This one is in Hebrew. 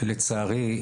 לצערי,